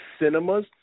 cinemas